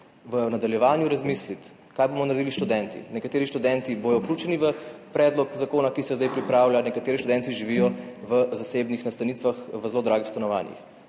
v nadaljevanju razmisliti, kaj bomo naredili s študenti. Nekateri študenti bodo vključeni v predlog zakona, ki se zdaj pripravlja, nekateri študenti živijo v zasebnih nastanitvah v zelo dragih stanovanjih.